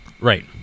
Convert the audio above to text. right